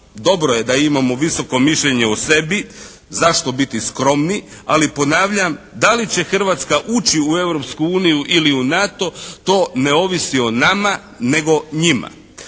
dobro je da imamo visoko mišljenje o sebi. Zašto biti skromni? Ali ponavljam, da li će Hrvatska ući u Europsku uniju ili u NATO, to ne ovisi o nama, nego njima.